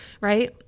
right